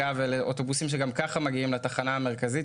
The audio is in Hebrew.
אלה אוטובוסים שגם כך מגיעים לתחנה המרכזית.